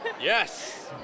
Yes